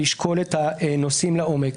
לשקול את הנושאים לעומק,